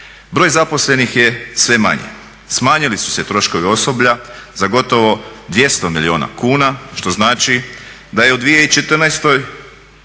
Broj zaposlenih je sve manji. Smanjili su se troškovi osoblja za gotovo 200 milijuna kuna što znači da je u 2014.